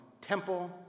temple